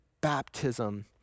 baptism